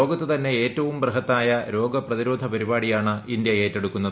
ലോകത്തു തന്നെ ഏറ്റവും ബൃഹത്തായ രോഗപ്രതിരോധ പരിപാടിയാണ് ഇന്തൃ ഏറ്റെടുക്കുന്നത്